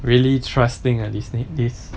really trusting these kids